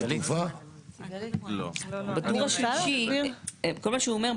כל מה שהוא אומר,